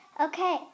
Okay